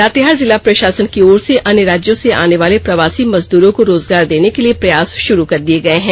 लातेहार जिला प्रशासन की ओर से अन्य राज्यों से आने वाले प्रवासी मजदूरों को रोजगार देने के लिए प्रयास शुरू कर दिये गए हैं